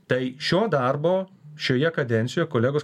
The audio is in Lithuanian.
tai šio darbo šioje kadencijoje kolegos